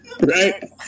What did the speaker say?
Right